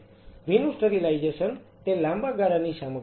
ભીનું સ્ટરીલાઈઝેશન તે લાંબા ગાળાની સામગ્રી છે